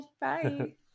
Bye